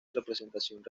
representación